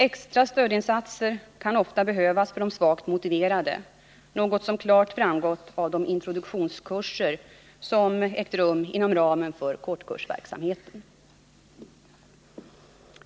Extra stödinsatser kan ofta behövas för de svagt motiverade, något som klart har framgått vid de introduktionskurser som har ägt rum inom ramen för kortkursverksamheten.